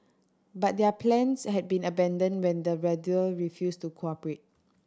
but their plans had to be abandoned when the weather refused to cooperate